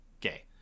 Gay